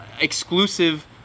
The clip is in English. exclusive